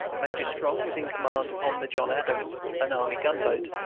major strong was in command upon the john adams, an army gunboat,